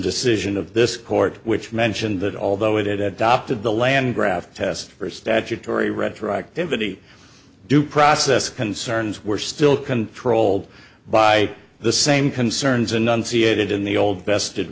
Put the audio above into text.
decision of this court which mentioned that although it at dopped of the land graft test for statutory retroactivity due process concerns were still controlled by the same concerns enunciated in the old vested